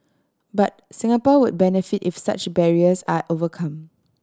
but Singapore would benefit if such barriers are overcome